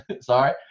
Sorry